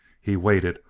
he waited,